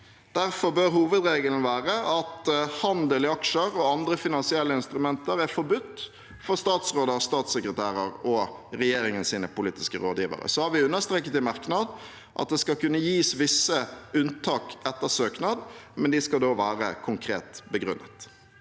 Derfor bør hovedregelen være at handel i aksjer og andre finansielle instrumenter er forbudt for statsråder, statssekretærer og regjeringens politiske rådgivere. Vi har understreket i merknad at det skal kunne gis visse unntak etter søknad, men de skal da være konkret begrunnet.